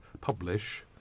publish